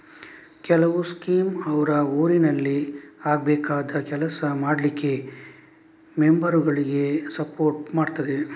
ಕೆಲವು ಸ್ಕೀಮ್ ಅವ್ರ ಊರಿನಲ್ಲಿ ಆಗ್ಬೇಕಾದ ಕೆಲಸ ಮಾಡ್ಲಿಕ್ಕೆ ಮೆಂಬರುಗಳಿಗೆ ಸಪೋರ್ಟ್ ಮಾಡ್ತದೆ